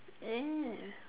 mm